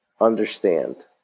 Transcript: understand